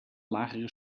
lagere